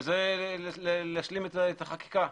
ובזה להשלים את החקיקה.